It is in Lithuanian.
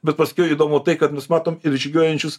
bet paskiau įdomu tai kad mes matom ir žygiuojančius